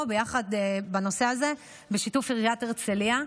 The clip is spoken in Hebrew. יחד בנושא הזה בשיתוף עיריית הרצליה.